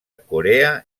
corea